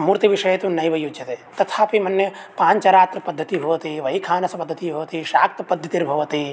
मूर्तिविषये तु नैव युज्यते तथापि मन्ये पाञ्चरात्रपद्धतिः भवति वैखानसपद्धतिः भवति शाक्तपद्धतिर्भवति